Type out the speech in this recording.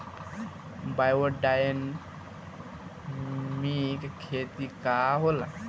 Biodynamic खेती का होला?